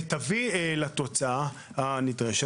תביא לתוצאה הנדרשת.